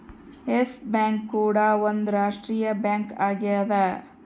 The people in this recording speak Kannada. ಎಸ್ ಬ್ಯಾಂಕ್ ಕೂಡ ಒಂದ್ ರಾಷ್ಟ್ರೀಯ ಬ್ಯಾಂಕ್ ಆಗ್ಯದ